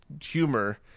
humor